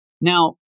Now